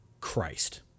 Christ